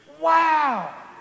Wow